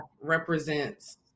represents